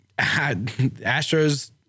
Astros